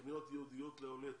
בתוכניות ייעודיות לעולי אתיופיה,